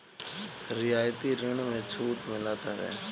रियायती ऋण में छूट मिलत हवे